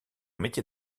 métier